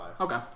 Okay